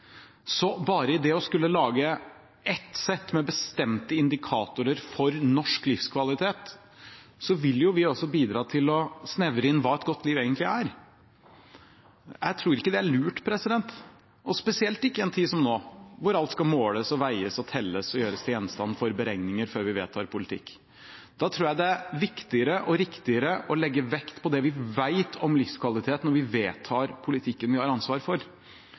Bare gjennom det å skulle lage ett sett med bestemte indikatorer på norsk livskvalitet vil vi bidra til å snevre inn hva et godt liv egentlig er. Jeg tror ikke det er lurt, spesielt ikke i en tid som nå, da alt skal måles, veies, telles og gjøres til gjenstand for beregninger, før vi vedtar politikk. Jeg tror det er viktigere og riktigere å legge vekt på det vi vet om livskvalitet, når vi vedtar politikken vi har ansvaret for.